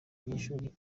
banyeshuri